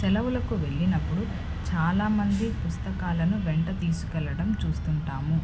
సెలవులకు వెళ్ళినప్పుడు చాలామంది పుస్తకాలను వెంట తీసుకెళ్ళడం చూస్తుంటాము